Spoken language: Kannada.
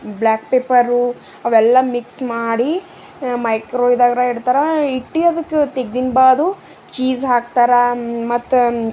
ಬ್ಲ್ಯಾಕ್ ಪೆಪ್ಪರು ಅವೆಲ್ಲ ಮಿಕ್ಸ್ ಮಾಡಿ ಮೈಕ್ರೋ ಇದರಾಗಿಡ್ತಾರ ಇಟ್ಟು ಅದಕ್ಕೆ ತೆಗ್ದಿನ ಬಾದು ಚೀಸ್ ಹಾಕ್ತಾರ ಮತ್ತು